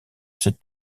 ces